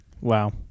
wow